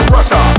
Russia